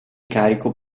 carico